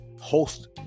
host